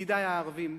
ידידי הערבים,